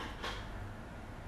where was I